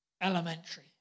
elementary